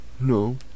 no